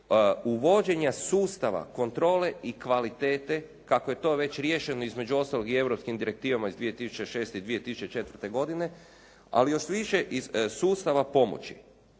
uvođenja sustava kontrole i kvalitete kako je to već riješeno između ostalog i europskim direktivama iz 2006. i 2004. godine, ali još više iz sustava pomoći